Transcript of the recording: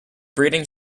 breeding